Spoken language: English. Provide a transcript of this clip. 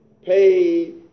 Pay